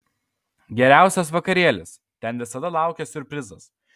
geriausias vakarėlis ten visada laukia siurprizas